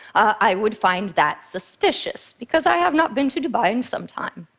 i would find that suspicious, because i have not been to dubai in some time.